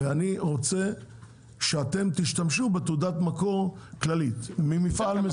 אני רוצה שאתם תשתמשו בתעודת מקור כללית ממפעל מסוים.